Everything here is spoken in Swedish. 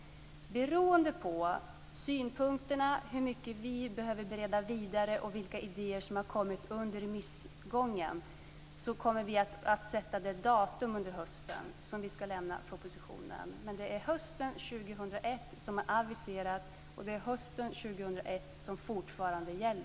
Beroende på synpunkterna, hur mycket vi behöver bereda vidare och vilka idéer som har kommit fram under remissomgången kommer vi att bestämma det datum under hösten då vi ska lämna propositionen. Men det är hösten 2001 som är aviserad, och det är hösten 2001